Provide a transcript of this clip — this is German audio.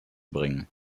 bringen